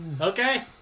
okay